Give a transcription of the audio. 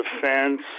Defense